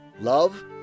love